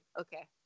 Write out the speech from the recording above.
okay